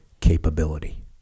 capability